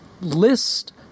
list